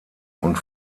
und